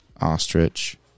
ostrich